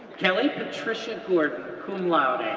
patrica gordon, cum laude,